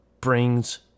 brings